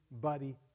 Buddy